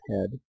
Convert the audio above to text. head